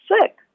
sick